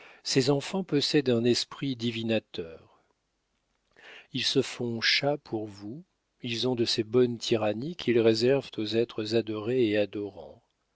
ces enfants possèdent un esprit divinateur ils se font chats pour vous ils ont de ces bonnes tyrannies qu'ils réservent aux êtres adorés et adorants